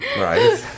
Right